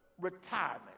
retirement